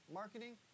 marketing